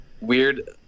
weird